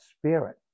spirit